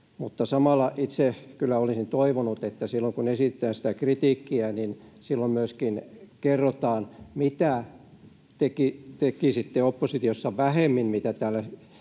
samalla itse kyllä olisin toivonut, että kun esittää sitä kritiikkiä, niin silloin myöskin kerrotaan, mitä tekisitte oppositiossa vähemmän kuin mitä täällä